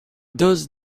does